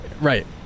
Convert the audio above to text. Right